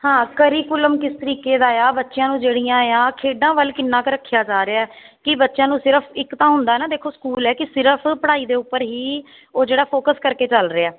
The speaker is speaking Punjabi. ਹਾਂ ਕਰੀਕੁਲਮ ਕਿਸ ਤਰੀਕੇ ਦਾ ਆ ਬੱਚਿਆਂ ਨੂੰ ਜਿਹੜੀਆਂ ਆ ਖੇਡਾਂ ਵੱਲ ਕਿੰਨਾ ਕੁ ਰੱਖਿਆ ਜਾ ਰਿਹਾ ਕਿ ਬੱਚਿਆਂ ਨੂੰ ਸਿਰਫ ਇੱਕ ਤਾਂ ਹੁੰਦਾ ਨਾ ਦੇਖੋ ਸਕੂਲ ਹੈ ਕਿ ਸਿਰਫ ਪੜ੍ਹਾਈ ਦੇ ਉੱਪਰ ਹੀ ਉਹ ਜਿਹੜਾ ਫੋਕਸ ਕਰਕੇ ਚੱਲ ਰਿਹਾ